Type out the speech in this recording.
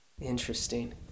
Interesting